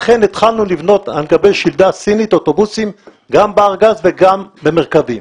לכן התחלנו לבנות על גבי שלדה סינית אוטובוסים גם בארגז וגם במרכבים.